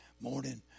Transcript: morning